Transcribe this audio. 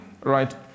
right